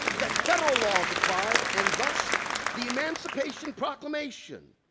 that federal laws applied and thus the emancipation proclamation